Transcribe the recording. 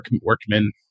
workmen